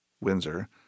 Windsor